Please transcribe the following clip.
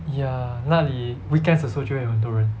ya 那里 weekends 的时候就会有很多人